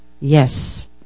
yes